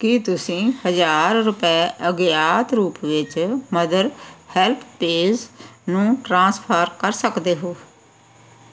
ਕੀ ਤੁਸੀਂਂ ਹਜ਼ਾਰ ਰੁਪਏ ਅਗਿਆਤ ਰੂਪ ਵਿੱਚ ਮਦਰ ਹੈਲਪ ਪੇਜ ਨੂੰ ਟ੍ਰਾਂਸਫਰ ਕਰ ਸਕਦੇ ਹੋ